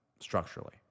structurally